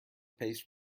paste